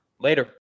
later